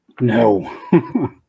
No